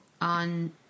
on